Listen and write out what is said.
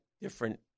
different